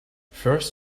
first